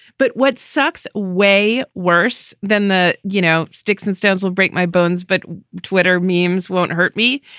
but what sucks. way worse than the you know, sticks and stones will break my bones. but twitter meemaw's won't hurt me.